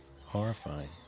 horrifying